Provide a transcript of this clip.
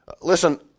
Listen